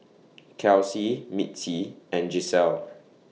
Kelsie Mitzi and Giselle